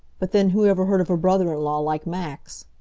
but then, who ever heard of a brother-in-law like max?